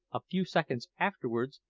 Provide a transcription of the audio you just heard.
a few seconds afterwards,